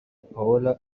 paola